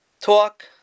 talk